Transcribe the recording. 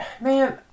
Man